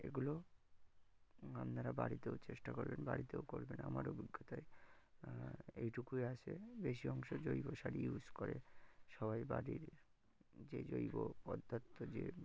এগুলো আপনারা বাড়িতেও চেষ্টা করবেন বাড়িতেও করবেন আমার অভিজ্ঞতায় এটুকুই আসে বেশি অংশ জৈব শাড়ি ইউজ করে সবাই বাড়ির যে জৈব পদার্থ যে